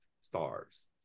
stars